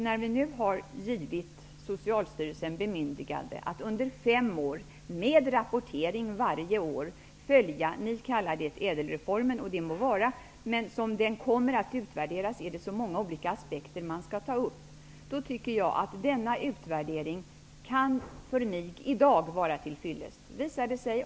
När vi nu har givit Socialstyrelsen bemyndigande att under fem år, med rapportering varje år, följa ÄDEL-reformen -- som ni kallar den, och det må vara -- och det är så många aspekter som skall tas upp, tycker jag att detta kan vara till fyllest i dag.